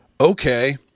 okay